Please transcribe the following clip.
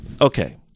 Okay